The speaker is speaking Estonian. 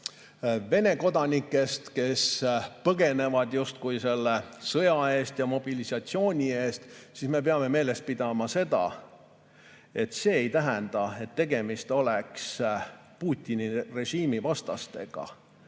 Vene kodanikest, kes justkui põgenevad selle sõja ja mobilisatsiooni eest, siis peame meeles pidama seda, et see ei tähenda, et tegemist on Putini režiimi vastastega.